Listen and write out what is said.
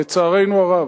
לצערנו הרב,